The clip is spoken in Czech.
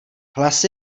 hlas